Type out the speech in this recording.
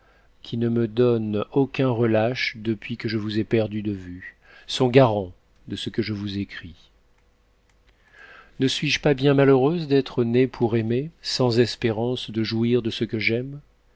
qui ne me donnent aucun relâche depuis que je vous ai perdu de vue sont garants de ce que je vous écris ne suis-je pas bien malheureuse d'être née pour aimer sans espérance de jouir de ce que j'aime